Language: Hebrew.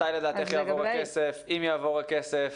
מתי לדעתך יעבור הכסף, אם יעבור הכסף.